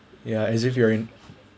ya as if you're in